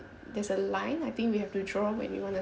there's a line I think we have to draw when we want to